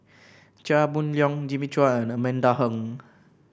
Chia Boon Leong Jimmy Chua and Amanda Heng